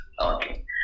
okay